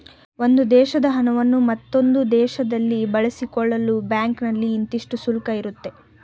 ಒಂದು ದೇಶದ ಹಣವನ್ನು ಮತ್ತೊಂದು ದೇಶದಲ್ಲಿ ಬದಲಾಯಿಸಿಕೊಳ್ಳಲು ಬ್ಯಾಂಕ್ನಲ್ಲಿ ಇಂತಿಷ್ಟು ಶುಲ್ಕ ಇರುತ್ತೆ